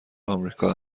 آمریکا